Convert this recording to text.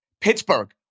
Pittsburgh